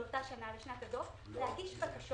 לכאורה אתה יכול לתת להם, כי אליהם זה הגיע לפני.